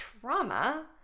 trauma